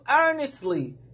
earnestly